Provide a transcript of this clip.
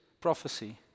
prophecy